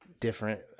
different